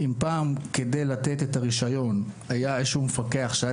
אם פעם כדי לתת את הרישיון היה איזשהו מפקח שהיה